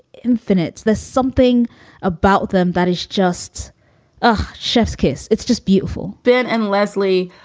infinite. there's something about them that is just a chef's kiss. it's just beautiful ben and leslie,